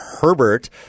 Herbert